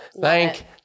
Thank